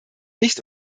nicht